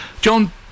John